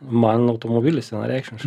man automobilis vienareikšmiškai